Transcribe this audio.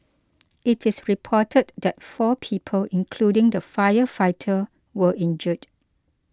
it is reported that four people including the firefighter were injured